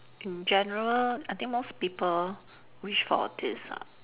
in general I think most people wish for this ah